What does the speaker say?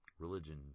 Religion